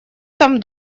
там